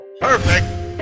Perfect